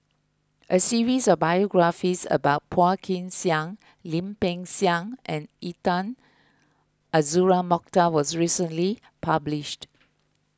a series of biographies about Phua Kin Siang Lim Peng Siang and Intan Azura Mokhtar was recently published